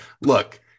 look